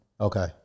Okay